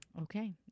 Okay